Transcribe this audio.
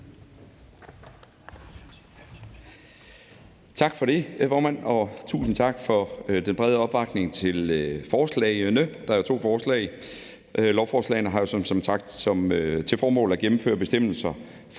Tak for det, formand, og tusind tak for den brede opbakning til forslagene – der er jo to forslag. Lovforslagene har som sagt til formål at gennemføre bestemmelser